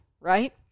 right